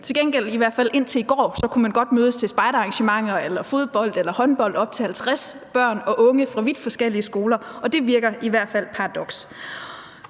Til gengæld kunne man i hvert fald indtil i går godt mødes til spejderarrangementer eller fodbold eller håndbold op til 50 børn og unge fra vidt forskellige skoler, og det virker i hvert fald paradoksalt.